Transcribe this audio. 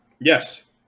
Yes